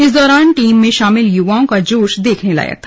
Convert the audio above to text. इस दौरान टीम में शामिल युवाओं का जोश देखने लायक था